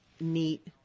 neat